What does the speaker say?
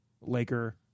Laker